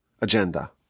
agenda